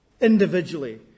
individually